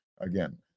Again